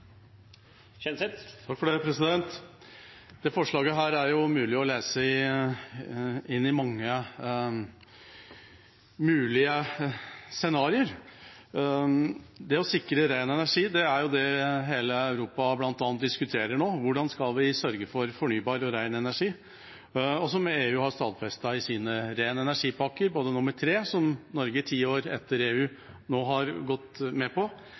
forslaget er det mulig å lese inn i mange mulige scenarioer. Å sikre ren energi er jo det bl.a. hele Europa diskuterer nå – hvordan vi skal sørge for fornybar og ren energi – og noe som EU har stadfestet i sine ren energi-pakker. Den tredje har Norge nå, ti år etter EU, gått med på,